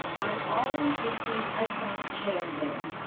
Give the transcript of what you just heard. i've always received excellent care there.